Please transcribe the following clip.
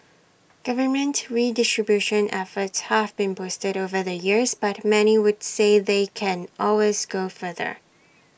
government redistribution efforts have been boosted over the years but many would say they can always go further